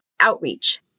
outreach